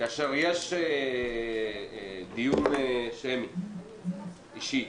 כאשר יש דיון שמי אישי,